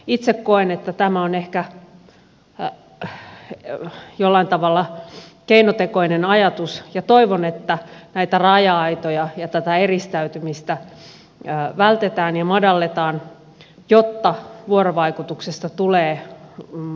itse koen että tämä on ehkä jollain tavalla keinotekoinen ajatus ja toivon että näitä raja aitoja ja tätä eristäytymistä vältetään ja madalletaan jotta vuorovaikutuksesta tulee osa arkea